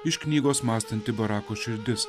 iš knygos mąstanti barako širdis